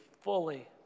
fully